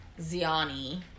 Ziani